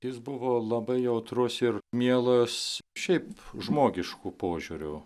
jis buvo labai jautrus ir mielas šiaip žmogišku požiūriu